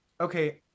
Okay